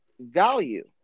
value